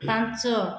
ପାଞ୍ଚ